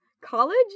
college